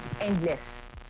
endless